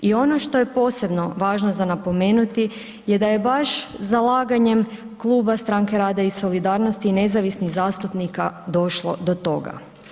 I ono što je posebno važno za napomenuti je da je baš zalaganjem kluba Stranke rada i solidarnosti i nezavisnih zastupnika došlo do toga.